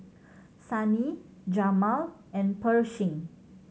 Sunny Jamal and Pershing